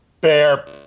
Bear